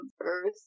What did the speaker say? Earth